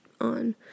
on